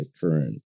current